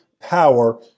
power